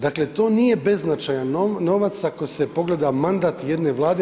Dakle, to nije beznačajan novac ako se pogleda mandat jedne Vlade.